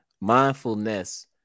Mindfulness